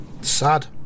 Sad